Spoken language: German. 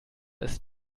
ist